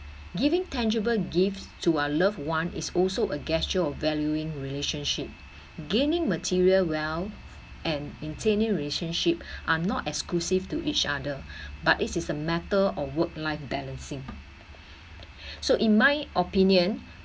giving tangible gifts to our loved one is also a gesture of valuing relationship gaining material wealth and maintaining relationships are not exclusive to each other but it is a matter of work life balancing so in my opinion